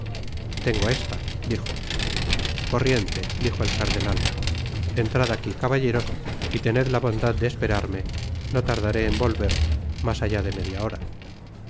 tengo esta dijo corriente dijo el cardenat entrad aqui caballeros y tened la bondad de esperarme no tardaré en volver mas allá de media hora